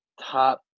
top